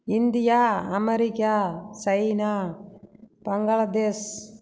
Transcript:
India America China Bangladesh